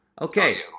Okay